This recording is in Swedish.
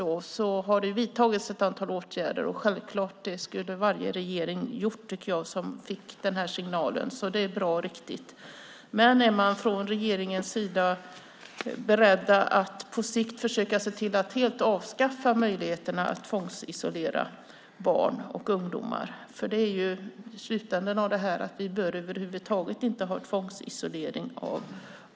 Det har vidtagits ett antal åtgärder, och det skulle självfallet varje regering ha gjort som fick den här signalen, tycker jag. Det är alltså bra och riktigt. Men är man från regeringens sida beredd att på sikt försöka se till att helt avskaffa möjligheterna att tvångsisolera barn och ungdomar? I slutänden av det här bör vi över huvud taget inte ha sådan tvångsisolering.